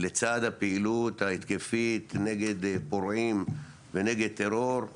לצד הפעילות ההתקפית נגד פורעים ונגד טרור,